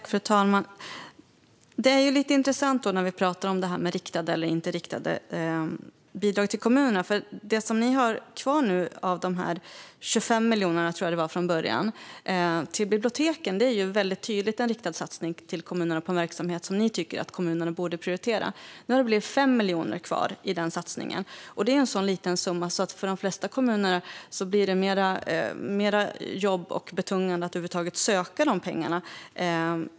Fru talman! Det är intressant när vi pratar om riktade eller inte riktade bidrag till kommunerna. Det som ni har kvar nu, Lotta Finstorp, av de 25 miljoner till biblioteken som jag tror att det var från början är en tydlig riktad satsning till kommunerna på en verksamhet som ni tycker att kommunerna borde prioritera. Nu är det 5 miljoner kvar i denna satsning, och det är en så liten summa att det för de flesta kommuner blir mer jobb och betungande att över huvud taget söka pengarna.